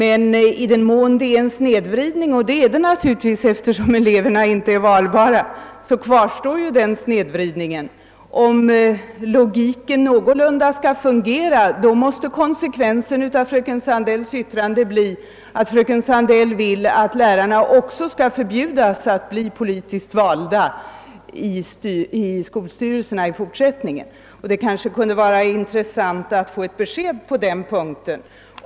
Men i den mån det är en snedvridning — och det är det naturligtvis eftersom eleverna inte är valbara — kvarstår den snedvridningen. Konsekvensen av fröken Sandells yttrande måste därför bli att lärarna i fortsättningen bör förbjudas att bli politiskt valda i skolstyrelsen. Det vore intressant att få ett besked på den punkten.